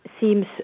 seems